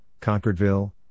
Concordville